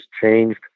changed